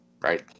right